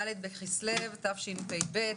ד' בכסלו, תשפ"ב.